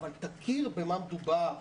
אבל תכיר במה מדובר.